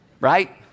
right